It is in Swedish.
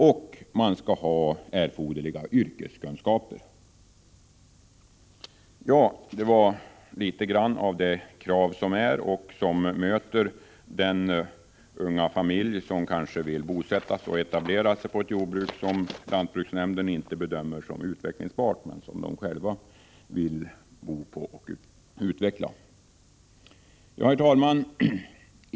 Han skall också ha erforderliga yrkeskunskaper. Detta var några av de krav som möter den unga familj som vill etablera sig på ett jordbruk, som kanske inte av lantbruksnämnden bedöms som utvecklingsbart men som familjen vill bosätta sig på och utveckla. Herr talman!